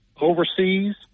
overseas